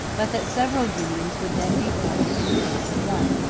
but that several unions would then be formed in the place of one.